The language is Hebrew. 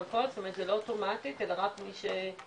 זאת אומרת זה לא אוטומטית אלא רק מי